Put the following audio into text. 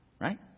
Right